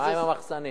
מה עם המחסנים?